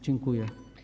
Dziękuję.